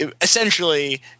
essentially